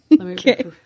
Okay